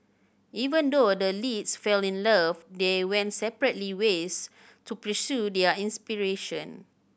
even though the leads fell in love they went separately ways to pursue their inspiration